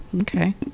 okay